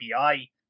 API